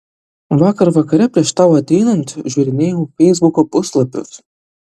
vakar vakare prieš tau ateinant žiūrinėjau feisbuko puslapius